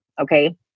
okay